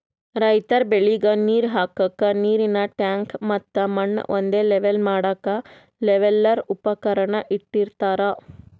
ರೈತರ್ ಬೆಳಿಗ್ ನೀರ್ ಹಾಕ್ಕಕ್ಕ್ ನೀರಿನ್ ಟ್ಯಾಂಕ್ ಮತ್ತ್ ಮಣ್ಣ್ ಒಂದೇ ಲೆವೆಲ್ ಮಾಡಕ್ಕ್ ಲೆವೆಲ್ಲರ್ ಉಪಕರಣ ಇಟ್ಟಿರತಾರ್